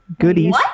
Goodies